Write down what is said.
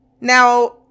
now